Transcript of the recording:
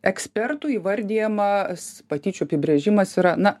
ekspertų įvardijamas patyčių apibrėžimas yra na